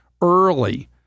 early